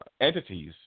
entities